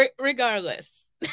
regardless